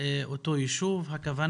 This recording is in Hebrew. הוועדה